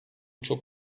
çok